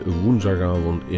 woensdagavond